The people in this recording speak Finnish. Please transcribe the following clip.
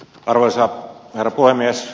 arvoisa herra puhemies